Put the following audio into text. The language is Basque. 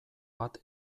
bat